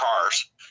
cars